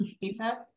Pizza